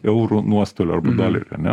eurų nuostolio arba dolerių ar ne